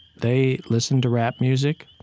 they listen to rap music,